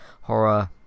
horror